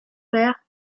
père